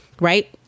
right